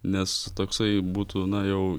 nes toksai būtų na jau